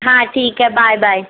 ہا٘ں ٹھیک ہے bye bye